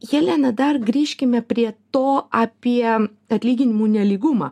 jelena dar grįžkime prie to apie atlyginimų nelygumą